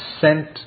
sent